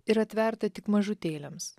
ir atverta tik mažutėliams